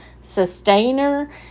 sustainer